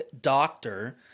doctor